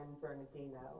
Bernardino